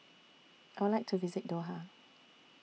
I Would like to visit Doha